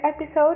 episode